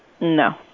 No